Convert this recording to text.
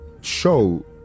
show